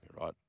Right